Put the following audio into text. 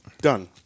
done